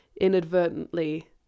inadvertently